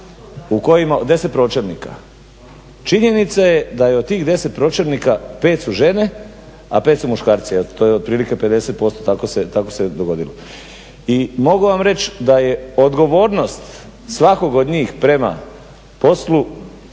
u kojima, 10 pročelnika. Činjenica je da je od tih 10 pročelnika 5 su žene, a 5 su muškarci. Evo to je otprilike 50%. Tako se dogodilo. I mogu vam reći da je odgovornost svakog od njih prema poslu